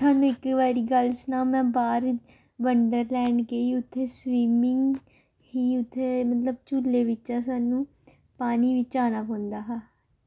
थुआनूं इक बारी गल्ल सनांऽ में बाह्र बंडर लैंड गेई उत्थै स्विमिंग ही उत्थै मतलब झूले बिच्चा सानूं पानी बिच्च औना पौंदा हा